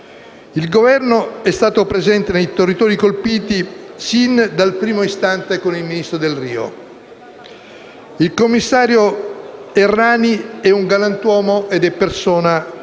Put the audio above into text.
Il Governo è stato presente nei territori colpiti fin dal primo istante con il ministro Delrio; il commissario Errani è un galantuomo ed è persona molto